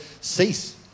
Cease